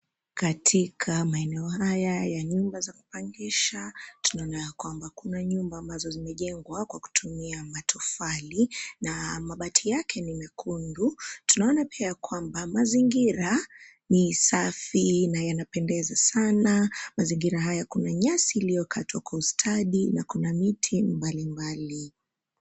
Katika maeneo haya ya nyumba ya kupangisha, tunaona ya kwamba kuna nyumba ambazo zimejengwa kwa kutumia matofali na mabati yake ni mekundu. Tunaona pia ya kwamba mazingira ni safi na yanapendekeza sana, mazingira haya kuna nyasi iliyokatwa kwa ustadi na kuna miti mbalimbali.